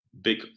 big